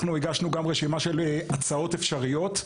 אנחנו הגשנו גם רשימה של הצעות אפשריות.